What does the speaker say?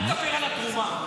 אל תדבר על התרומה.